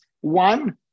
one